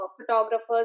photographers